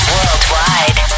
Worldwide